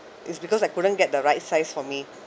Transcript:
is because I couldn't get the right size for me